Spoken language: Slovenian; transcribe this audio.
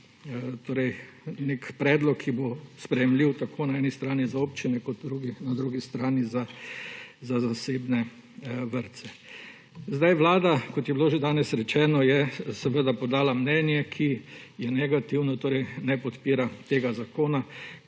način nek predlog, ki bo sprejemljiv tako na eni strani za občine kot na drugi strani za zasebne vrtce. Vlada, kot je bilo že danes rečeno, je podala mnenje, ki je negativno, ne podpira tega zakona.